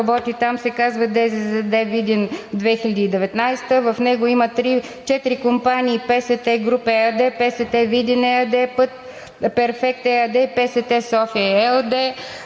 работи там, се казва ДЗЗД Видин 2019. В него има четири компании: „ПСТ Груп“ ЕАД, „ПСТ Видин“ ЕАД, „Перфект“ ЕАД, „ПСТ София“ ЕООД.